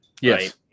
Yes